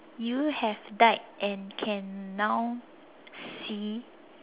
you have died and can now see